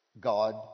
God